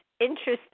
interesting